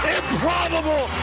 improbable